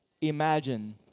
imagine